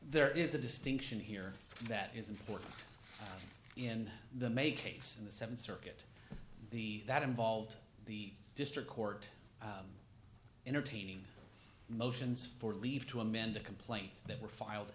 there is a distinction here that is important in the make case in the th circuit the that involved the district court entertaining motions for leave to amend the complaint that were filed